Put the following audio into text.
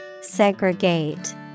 Segregate